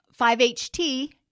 5-HT